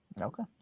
okay